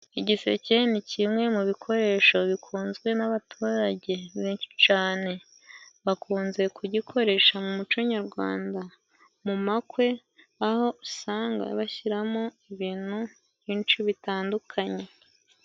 Igiseke ni kimwe mu bikoresho bikunzwe n'abaturage benshi cane, bakunze kugikoresha mu muco nyarwanda, mu makwe aho usanga bashyiramo ibintu byinshi bitandukanye.